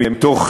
מתוך,